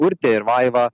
urtė ir vaiva